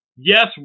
Yes